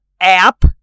app